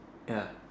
ya